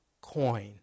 coin